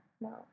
No